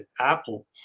apple